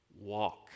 Walk